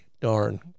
darn